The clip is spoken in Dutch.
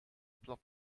plat